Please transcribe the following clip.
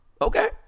okay